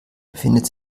befindet